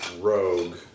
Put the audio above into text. Rogue